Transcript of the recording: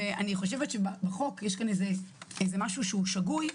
בחוק יש משהו שהוא שגוי,